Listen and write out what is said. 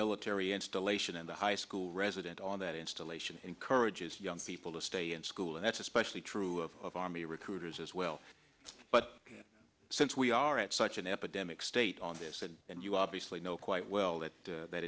military installation in the high school resident on that installation encourages young people to stay in school and that's especially true of army recruiters as well but since we are at such an epidemic state on this side and you obviously know quite well that